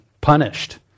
punished